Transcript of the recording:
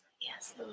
Yes